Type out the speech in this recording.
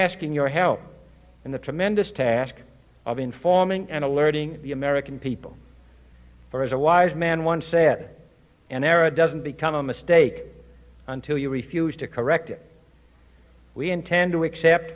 asking your help in the tremendous task of informing and alerting the american people for as a wise man once said an era doesn't become a mistake until you refuse to correct it we intend to accept